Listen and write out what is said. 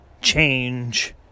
change